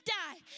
die